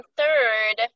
third